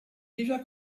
déjà